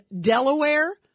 Delaware